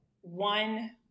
one